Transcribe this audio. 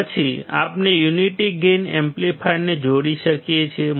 પછી આપણે unity gain એમ્પ્લીફાયરને જોડી શકીએ છીએ